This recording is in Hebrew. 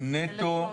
נטו -- 1,300.